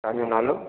तव्हांजो नालो